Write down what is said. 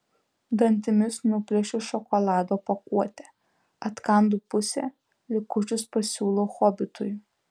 dantimis nuplėšiu šokolado pakuotę atkandu pusę likučius pasiūlau hobitui